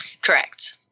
correct